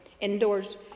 indoors